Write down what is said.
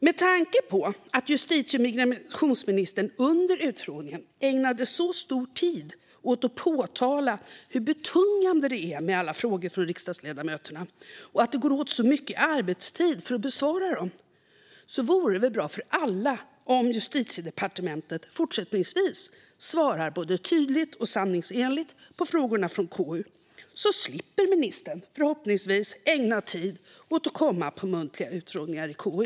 Med tanke på att justitie och migrationsministern under utfrågningen ägnade så stor tid åt att påpeka hur betungande det är med alla frågor från riksdagsledamöter och att det går åt så mycket arbetstid till att besvara dem vore det väl bra för alla om Justitiedepartementet fortsättningsvis svarar både tydligt och sanningsenligt på frågorna från KU. Då slipper ministern förhoppningsvis ägna tid åt att komma på muntliga utfrågningar i KU.